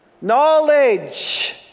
knowledge